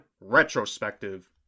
Retrospective